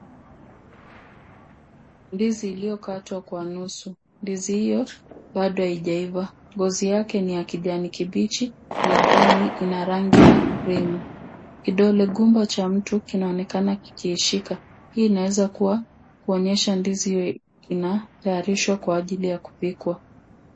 Ndizi iliyokatwa kwa nusu. Ndizi hiyo bado haijaiva. Ngozi yake ni ya kijani kibichi na ndani ina rangi ya cream . Kidole gumba cha mtu kinaonekana kikishika. Hii inaweza kuwa inaonyesha ndizi inatayarishwa kwa ajili ya kupikwa.